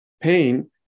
pain